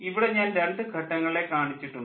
ഇവിടെ ഞാൻ രണ്ടു ഘട്ടങ്ങളെ കാണിച്ചിട്ടുണ്ട്